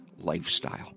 lifestyle